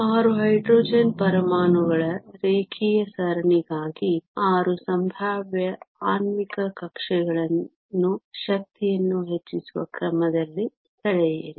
6 hydrogen ಪರಮಾಣುಗಳ ರೇಖೀಯ ಸರಣಿಗಾಗಿ 6 ಸಂಭಾವ್ಯ ಆಣ್ವಿಕ ಕಕ್ಷೆಗಳನ್ನು ಶಕ್ತಿಯನ್ನು ಹೆಚ್ಚಿಸುವ ಕ್ರಮದಲ್ಲಿ ಸೆಳೆಯಿರಿ